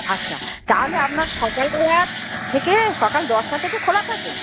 আচ্ছা তাহলে আপনার সকালবেলা থেকে সকাল দশটা থেকে খোলা থাকে